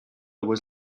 was